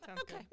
okay